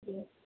جی